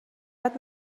بعد